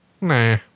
Nah